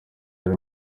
ari